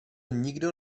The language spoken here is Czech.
nikdo